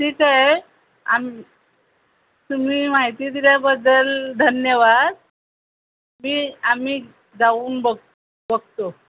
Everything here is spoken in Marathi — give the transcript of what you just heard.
ठीक आहे आम तुम्ही माहिती दिल्याबद्दल धन्यवाद मी आम्ही जाऊन बघ बघतो